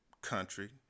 country